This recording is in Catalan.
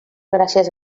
gràcies